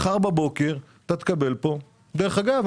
דרך אגב,